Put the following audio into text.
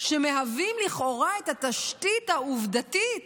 שמהווים לכאורה את התשתית העובדתית